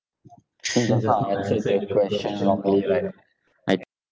since I've uh answered the question wrongly right I'd